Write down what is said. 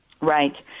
Right